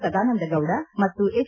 ಸದಾನಂದ ಗೌಡ ಮತ್ತು ಎಚ್